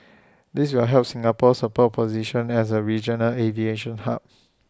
this will help Singapore support position as A regional aviation hub